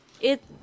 It-